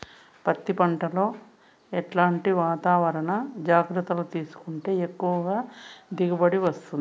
పత్తి పంట లో ఎట్లాంటి వాతావరణ జాగ్రత్తలు తీసుకుంటే ఎక్కువగా దిగుబడి వస్తుంది?